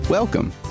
Welcome